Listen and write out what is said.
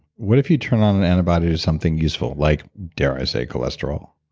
what if you turn on an antibody to something useful? like, dare i say, cholesterol